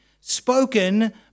spoken